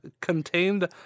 contained